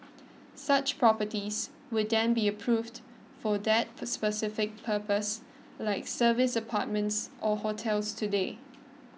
such properties would then be approved for that specific purpose like service apartments or hotels today